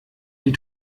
die